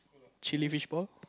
chilli fishball